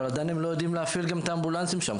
אבל עדיין הם לא יודעים להפעיל את האמבולנסים שם.